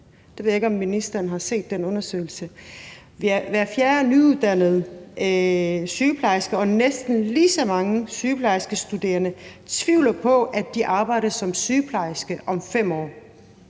Jeg ved ikke, om ministeren har set den undersøgelse. Hver fjerde nyuddannede sygeplejerske og næsten lige så mange sygeplejerskestuderende tvivler på, at de arbejder som sygeplejerske om 5 år.